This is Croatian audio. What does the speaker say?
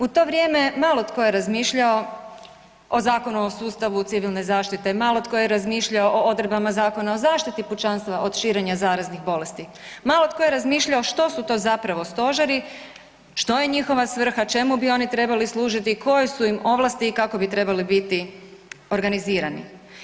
U to vrijeme malo tko je razmišljao o Zakonu o sustavu civilne zaštite, malo tko je razmišljao o odredbama Zakona o zaštiti pučanstva od širenja zaraznih bolesti, malo tko je razmišljao što su to zapravo stožeri, što je njihova svrha, čemu bi oni trebali služiti i koje su im ovlasti i kako bi trebali biti organizirani.